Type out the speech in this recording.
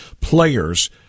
Players